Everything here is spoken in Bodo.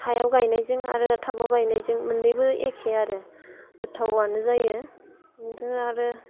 हायाव गायनायजों आरो टाबाव गायनायजों मोननैबो एखे आरो गोथावानो जायो खिन्थु आरो